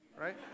right